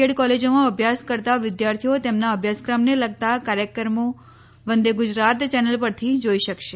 add કોલેજોમાં અભ્યાસ કરતા વિદ્યાર્થીઓ તેમના અભ્યાસક્રમને લગતા કાર્યક્રમો વંદે ગુજરાત ચેનલ પરથી જોઈ શકશે